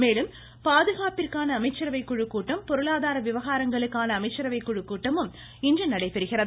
மேலும் பாதுகாப்பிற்கான அமைச்சரவை குழுக் கூட்டம் பொருளாதார விவகாரங்களுக்கான அமைச்சரவை குழுக் கூட்டமும் இன்று நடைபெறுகிறது